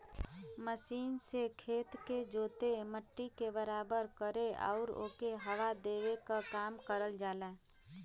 machine से खेत के जोते, मट्टी के बराबर करे आउर ओके हवा देवे क काम करल जाला